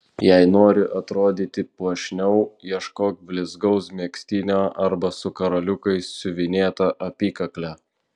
jei nori atrodyti puošniau ieškok blizgaus megztinio arba su karoliukais siuvinėta apykakle